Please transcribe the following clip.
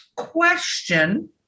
question